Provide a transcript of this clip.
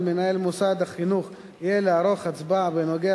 על מנהל מוסד החינוך יהיה לערוך הצבעה בנוגע